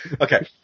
Okay